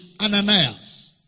Ananias